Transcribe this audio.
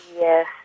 Yes